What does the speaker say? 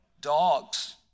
Dogs